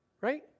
Right